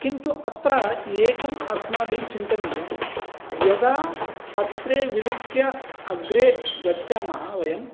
किन्तु अत्र एकम् अस्माभिः चिन्तनीयं यदा पत्रे विलिख्य अग्रे गच्छामः वयं